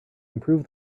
improve